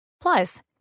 Plus